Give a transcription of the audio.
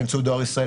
באמצעות דואר ישראל,